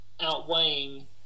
outweighing